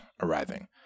arriving